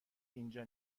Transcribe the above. اینجا